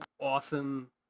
awesome